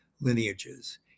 lineages